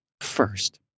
First